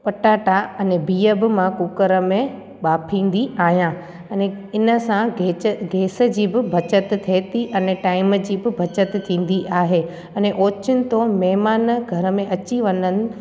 पटाटा अने बिह बि मां कुकर में ॿाफींदी आहियां अने इन सां गेछ गेस जी बि बचति थिए थी अने टाइम जी बि बचत थींदी आहे अने ओचितो महिमान घर में अची वञनि